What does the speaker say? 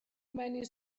many